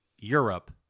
Europe